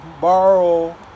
borrow